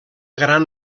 gran